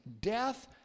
death